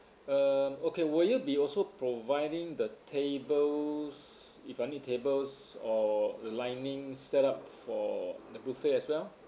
um okay will you be also providing the tables if I need tables or lining set-up for the buffet as well